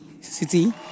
City